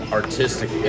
artistic